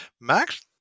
Max